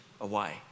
away